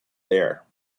there